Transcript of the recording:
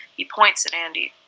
he points at andy.